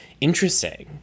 interesting